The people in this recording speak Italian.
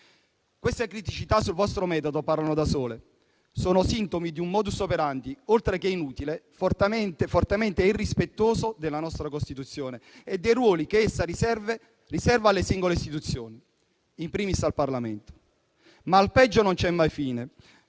Queste criticità sul vostro metodo parlano da sole: sono sintomi di un *modus operandi* oltre che inutile, fortemente irrispettoso della nostra Costituzione e dei ruoli che essa riserva alle singole istituzioni, *in primis* al Parlamento. Ma al peggio non c'è mai fine.